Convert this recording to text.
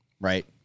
right